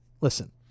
Listen